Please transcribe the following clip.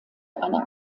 eine